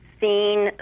seen